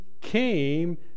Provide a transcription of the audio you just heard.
came